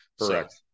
correct